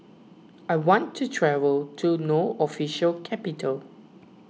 I want to travel to No Official Capital